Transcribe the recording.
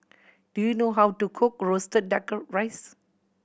do you know how to cook roasted Duck Rice